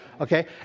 okay